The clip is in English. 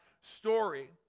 story